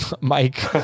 Mike